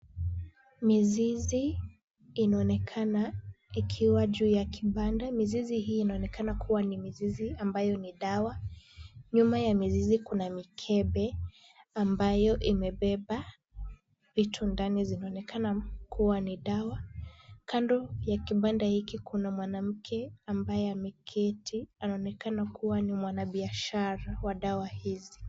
Mizizi inaonekana ikiwa juu ya kibanda. Mizizi hii inaonekana kuwa ni mizizi ambayo ni dawa, nyuma ya mizizi kuna mikebe ambayo imebeba vitu ndani vinaonekana kuwa ni dawa . Kando ya kibanda hiki kuna mwanamke ambaye ameketi, anaonekana kuwa ni mwanabiashara wa dawa hizi.